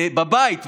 בבית,